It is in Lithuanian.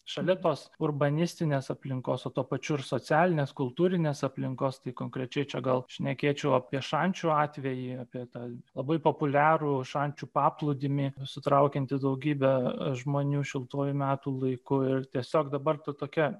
šalia tos urbanistinės aplinkos o tuo pačiu ir socialinės kultūrinės aplinkos tai konkrečiai čia gal šnekėčiau apie šančių atvejį apie tą labai populiarų šančių paplūdimį sutraukiantį daugybę žmonių šiltuoju metų laiku ir tiesiog dabar ta tokia